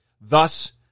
Thus